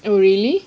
oh really